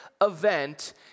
event